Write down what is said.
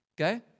Okay